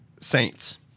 Saints